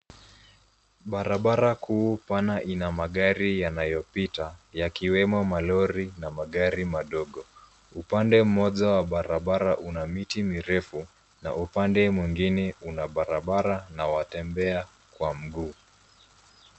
Barabara kuu pana ina magari yanayopita, yakiwemo malori na magari madogo. Upande mmoja wa barabara una miti mirefu na upande mwingine una barabara na watembea kwa mguu.